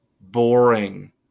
boring